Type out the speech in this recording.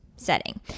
setting